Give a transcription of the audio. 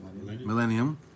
millennium